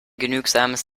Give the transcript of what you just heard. genügsames